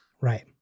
Right